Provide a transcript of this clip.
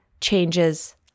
changes